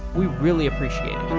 we really appreciate